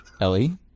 ellie